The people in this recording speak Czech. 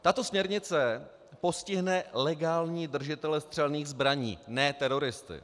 Tato směrnice postihne legální držitele střelných zbraní, ne teroristy.